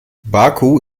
baku